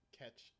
catch